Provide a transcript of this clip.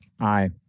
Aye